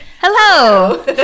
Hello